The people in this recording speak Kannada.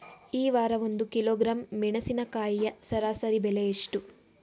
ಈ ವಾರ ಒಂದು ಕಿಲೋಗ್ರಾಂ ಮೆಣಸಿನಕಾಯಿಯ ಸರಾಸರಿ ಬೆಲೆ ಎಷ್ಟು?